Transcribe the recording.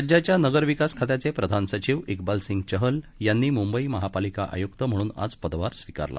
राज्याच्या नगर विकास खात्याचे प्रधान सचिव इकबाल सिंग चहल यांनी मुंबई महापालिका आयुक्त म्हणून आज पदभार स्वीकारला